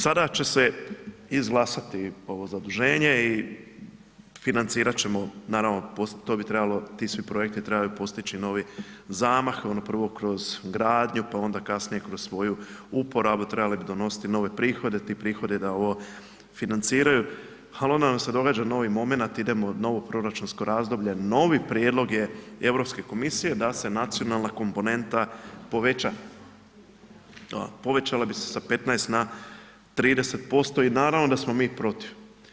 Sada će se izglasati ovo zaduženje i financirat ćemo, naravno, to bi trebalo, ti svi projekti trebaju postići novi zamah, prvo kroz gradnju, pa onda kasnije kroz svoju uporabu, trebali bi donositi nove prihode, ti prihodi da ovo financiraju, al onda vam se događa novi momenat, idemo novo proračunsko razdoblje, novi prijedlog je Europske komisije da se nacionalna komponenta poveća, a povećala bi se sa 15 na 30% i naravno da smo mi protiv.